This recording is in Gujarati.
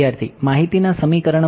વિદ્યાર્થી માહિતીના સમીકરણ